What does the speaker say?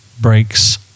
breaks